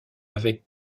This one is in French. avec